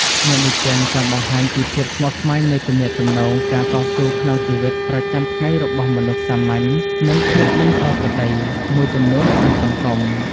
អ្នកនិពន្ធចង់បង្ហាញពីភាពស្មុគស្មាញនៃទំនាក់ទំនង ការតស៊ូក្នុងជីវិតប្រចាំថ្ងៃរបស់មនុស្សសាមញ្ញ និងភាពមិនប្រក្រតីមួយចំនួនក្នុងសង្គម។